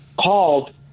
called